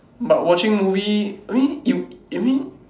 but watching movie I mean you you mean